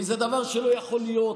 כי זה דבר שלא יכול להיות.